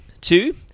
Two